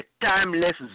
timeless